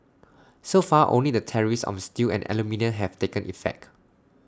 so far only the tariffs on steel and aluminium have taken effect